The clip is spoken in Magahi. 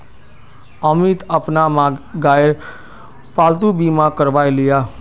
अमित अपना गायेर पालतू बीमा करवाएं लियाः